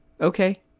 Okay